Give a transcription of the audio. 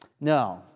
no